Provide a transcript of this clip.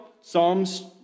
Psalms